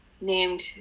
named